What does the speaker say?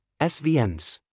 SVMs